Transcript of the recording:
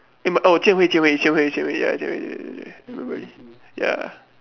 eh but oh Jian-Hui Jian-Hui is Jian-Hui ya Jian-Hui remember already ya